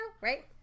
right